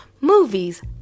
movies